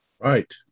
Right